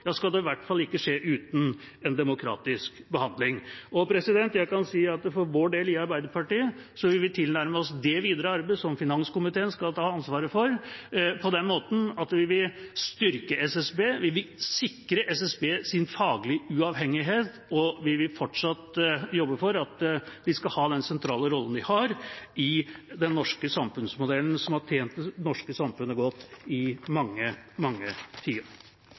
skal det i hvert fall ikke skje uten en demokratisk behandling. Jeg kan si at vi for vår del, i Arbeiderpartiet, vil tilnærme oss det videre arbeidet som finanskomiteen skal ta ansvaret for, på den måten at vi vil styrke SSB, vi vil sikre SSBs faglige uavhengighet, og vi vil fortsatt jobbe for at de skal ha den sentrale rollen de har i den norske samfunnsmodellen, som har tjent det norske samfunnet godt i mange, mange